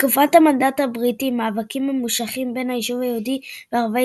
בתקופת המנדט הבריטי מאבקים ממושכים בין היישוב היהודי וערביי